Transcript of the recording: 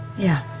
yeah.